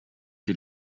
die